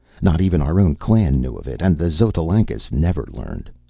not even our own clan knew of it, and the xotalancas never learned.